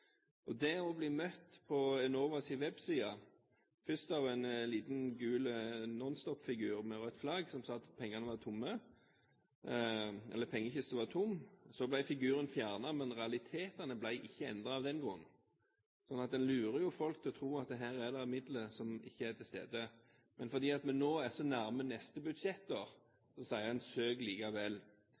flest til å ville gjøre noe med det. På Enovas webside ble en først møtt av en liten gul nonstopfigur med rødt flagg, som sa at pengekisten var tom. Figuren ble fjernet, men realitetene ble ikke endret av den grunn. Så en lurer jo folk til å tro at her er det ikke midler til stede. Men fordi en nå er så nær neste budsjettår, sier en: Søk likevel.